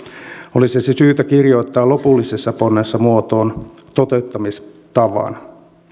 olisi se syytä kirjoittaa lopullisessa ponnessa muotoon toteuttamistavan